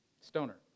Stoner